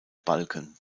balken